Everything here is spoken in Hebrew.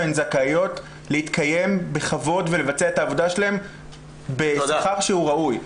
והן זכאיות להתקיים בכבוד ולבצע את העבודה שלהן בשכר שהוא ראוי.